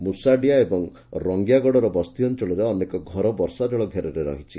ମୃଷାଡ଼ିଆ ଏବଂ ରଙ୍ଗିଆଗଡ଼ିର ବସ୍ତି ଅଞ୍ଞଳର ଅନେକ ଘର ବର୍ଷା ଜଳ ଘେରରେ ରହିଛି